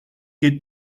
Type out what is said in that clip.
que